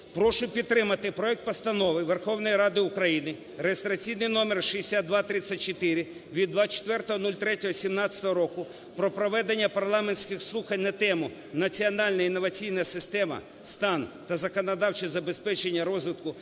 прошу підтримати проект Постанови Верховної Ради України (реєстраційний номер 6234) від 24.03.2017 року про проведення парламентських слухань на тему: "Національна інноваційна система: стан та законодавче забезпечення розвитку"